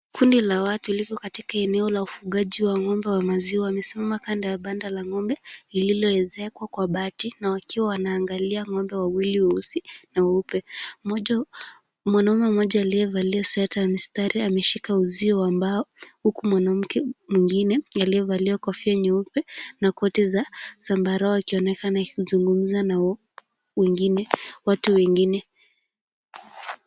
Kundi la watu liko katika eneo la ufugaji wa ng'ombe wa maziwa. Wamesimama kando ya banda la ng'ombe lililoezekwa kwa bati na wakiwa wanaangalia ng'ombe wawili weusi na weupe. Mwanaume mmoja aliyevalia sweta ya mistari ameshika uzio wa mbao huku mwanamke mwingine aliyevalia kofia nyeupe na koti za zambarau akionekana akizungumza na watu wengine.